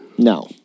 No